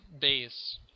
base